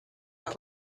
out